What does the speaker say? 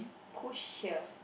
push here